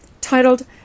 titled